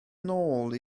nôl